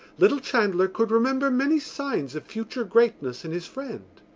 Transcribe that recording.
little chandler could remember many signs of future greatness in his friend.